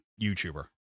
YouTuber